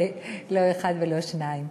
לא אחד ולא שניים.